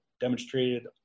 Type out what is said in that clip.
demonstrated